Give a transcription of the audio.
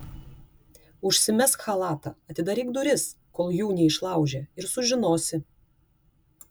užsimesk chalatą atidaryk duris kol jų neišlaužė ir sužinosi